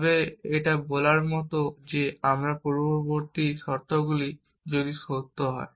তবে এটা বলার মতো যে আমার পূর্বশর্তগুলি যদি সত্য হয়